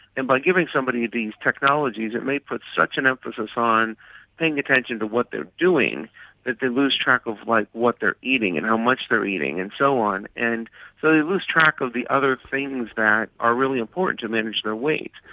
and by giving somebody these technologies it may put such an emphasis on paying attention to what they are doing that they lose track of what what they are eating and how much they are eating and so on. and so they lose track of the other things that are really important to manage their weight.